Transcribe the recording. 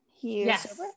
Yes